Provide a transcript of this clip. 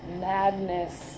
madness